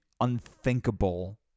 unthinkable